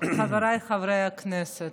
חבריי חברי הכנסת,